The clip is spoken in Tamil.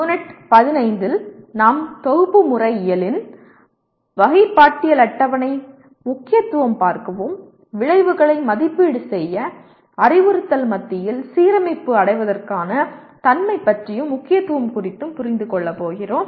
யூனிட் 15 இல் நாம் தொகுப்பு முறை இயலின் வகைப்பாட்டியல் அட்டவணை முக்கியத்துவம் பார்க்கவும் விளைவுகளை மதிப்பீடு செய்ய அறிவுறுத்தல் மத்தியில் சீரமைப்பு அடைவதற்கான தன்மை பற்றியும் முக்கியத்துவம் குறித்தும் புரிந்துகொள்ள போகிறோம்